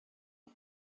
die